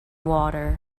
water